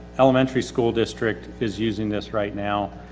elementary school district is using this right now,